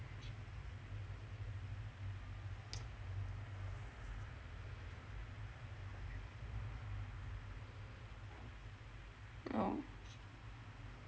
orh